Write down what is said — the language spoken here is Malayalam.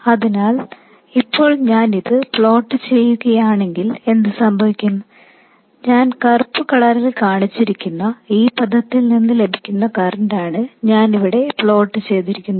അതിനാൽ ഇപ്പോൾ ഞാൻ ഇത് പ്ലോട്ട് ചെയ്യുകയാണെങ്കിൽ എന്ത് സംഭവിക്കും ഞാൻ കറുപ്പ് കളറിൽ കാണിച്ചിരിക്കുന്ന ഈ പദത്തിൽ നിന്ന് ലഭിക്കുന്ന കറൻറാണ് ഞാൻ ഇവിടെ പ്ലോട്ട് ചെയ്തിരിക്കുന്നത്